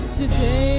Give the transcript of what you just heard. today